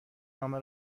نامه